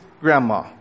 grandma